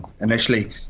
initially